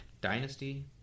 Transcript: dynasty